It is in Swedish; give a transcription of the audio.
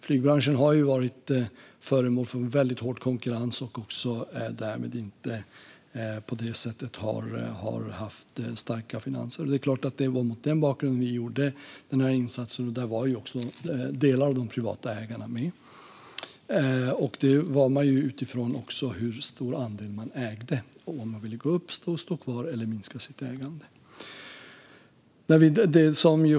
Flygbranschen har ju varit föremål för en väldigt hård konkurrens och har av den orsaken inte haft starka finanser. Det är klart att det var mot den bakgrunden vi gjorde den här insatsen. Där var också delar av de privata ägarna med utifrån hur stor andel de ägde och om de ville gå upp, stå kvar eller minska sitt ägande.